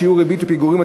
שיעור ריבית פיגורים),